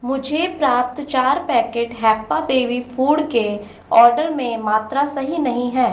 मुझे प्राप्त चार पैकेट हैप्पा बेबी फ़ूड के आर्डर में मात्रा सही नहीं है